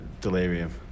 Delirium